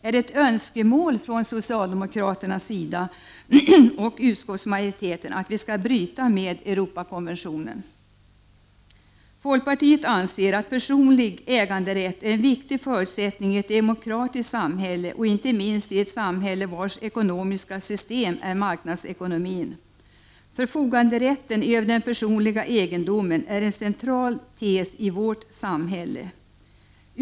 Är det ett önskemål från socialdemokraterna och utskottsmajoriteten att vi skall bryta med Europakonventionen? Folkpartiet anser att personlig äganderätt är en viktig förutsättning i ett demokratiskt samhälle, inte minst i ett samhälle vars ekonomiska system är marknadsekonomin. Förfoganderätten över den personliga egendomen är en central tes i vårt samhälle.